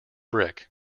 brick